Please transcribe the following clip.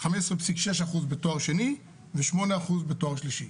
15.6% בתואר שני ו-8% בתואר שלישי.